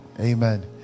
Amen